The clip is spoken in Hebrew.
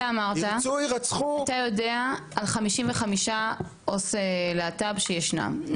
אתה אמרת שאתה יודע על 55 עו״ס להט״ב שישנם,